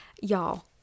Y'all